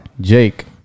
Jake